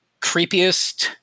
Creepiest